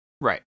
Right